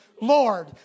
Lord